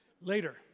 Later